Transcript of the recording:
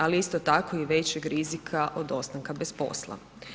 Ali isto tako, većeg rizika od ostanka bez posla.